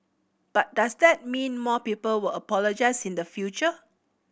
but does that mean more people will apologise in the future